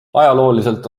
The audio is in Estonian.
ajalooliselt